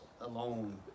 alone